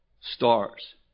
stars